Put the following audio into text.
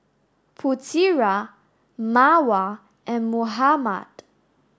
Putera Mawar and Muhammad